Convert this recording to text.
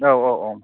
औ औ औ